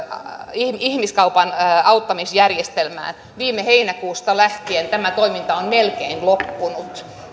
ihmiskaupan uhrien auttamisjärjestelmää viime heinäkuusta lähtien tämä toiminta on melkein loppunut